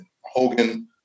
Hogan